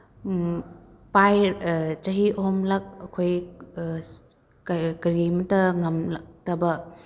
ꯆꯍꯤ ꯑꯍꯨꯝꯂꯛ ꯑꯩꯈꯣꯏ ꯀꯔꯤꯃꯇ ꯉꯝꯂꯛꯇꯕ